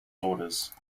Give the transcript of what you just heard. orders